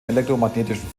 elektromagnetischen